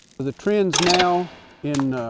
the trends now in, ah,